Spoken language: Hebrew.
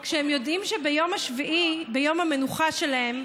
כשהם יודעים שביום השביעי, ביום המנוחה שלהם,